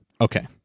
okay